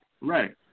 right